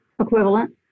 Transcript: equivalent